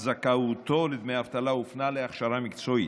זכאותו לדמי אבטלה הופנה להכשרה מקצועית.